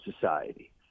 society